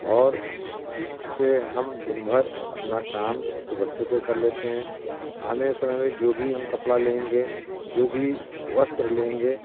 और जिससे हम दिनभर अपना काम सूबस्ते से कर लेते हैं आने समय में जो भी हम कपड़ा लेंगे जो भी वस्त्र लेंगे